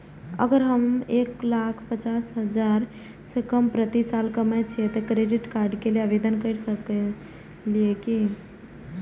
अगर हम एक लाख पचास हजार से कम प्रति साल कमाय छियै त क्रेडिट कार्ड के लिये आवेदन कर सकलियै की?